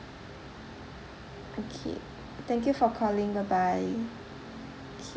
okay thank you for calling bye bye K